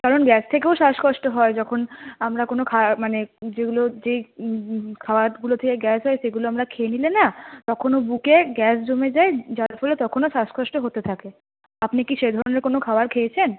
কারণ গ্যাস থেকেও শ্বাসকষ্ট হয় যখন আমরা কোনো মানে যেগুলো যেই খাওয়ার গুলো খেয়ে গ্যাস হয় সেগুলো আমরা খেয়ে নিলে না তখনো বুকে গ্যাস জমে যায় যার ফলে তখনও শাসকষ্ট হতে থাকে আপনি কি সেই ধরণের কোনো খাবার খেয়েছেন